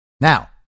Now